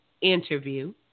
interview